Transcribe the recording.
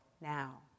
now